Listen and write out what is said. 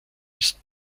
ist